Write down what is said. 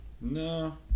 no